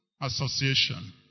association